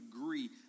agree